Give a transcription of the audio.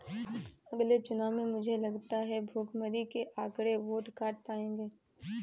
अगले चुनाव में मुझे लगता है भुखमरी के आंकड़े वोट काट पाएंगे